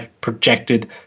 projected